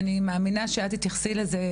אני מאמינה שאת תתייחסי לזה,